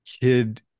kid